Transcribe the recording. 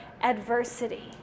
adversity